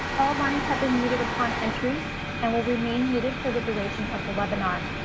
all lines have been muted upon entry and will remain muted for the duration of the webinar.